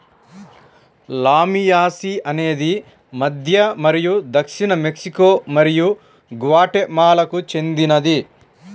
లామియాసి అనేది మధ్య మరియు దక్షిణ మెక్సికో మరియు గ్వాటెమాలాకు చెందినది